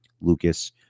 Lucas